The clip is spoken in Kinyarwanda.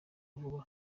vuba